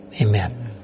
Amen